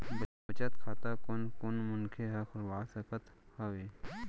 बचत खाता कोन कोन मनखे ह खोलवा सकत हवे?